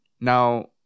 now